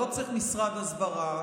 לא צריך משרד ההסברה,